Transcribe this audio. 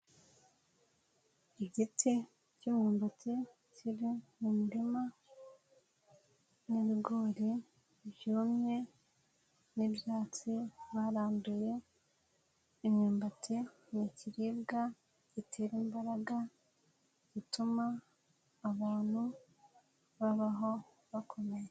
Igiti cy'umbati kiri mu murima n'ibigori byumye n'ibyatsi baranduye, imyumbati ni ikiribwa gitera imbaraga gituma abantu babaho bakomeye.